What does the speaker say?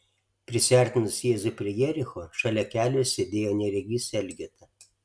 prisiartinus jėzui prie jericho šalia kelio sėdėjo neregys elgeta